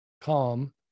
calm